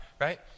right